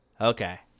Okay